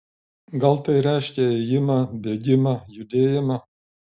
gal tai reiškia ėjimą bėgimą judėjimą